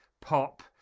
pop